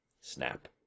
Snap